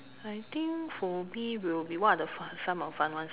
I think for me will be what are fun some of the fun ones